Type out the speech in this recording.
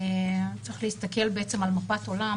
צריך להסתכל על מפת העולם,